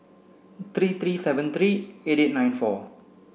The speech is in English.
three three seven three eight eight nine four